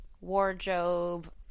wardrobe